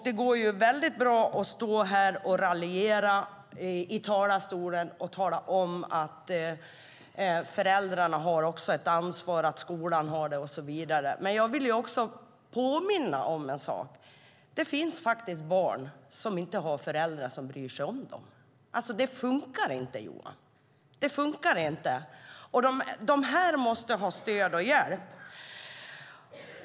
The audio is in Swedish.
Det går bra att stå här i talarstolen och raljera om att föräldrarna och skolan också har ett ansvar, men jag vill påminna om en sak. Det finns faktiskt barn som inte har föräldrar som bryr sig om dem. Det funkar inte, Johan. De här barnen måste ha stöd och hjälp.